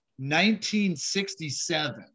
1967